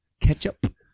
Ketchup